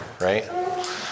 right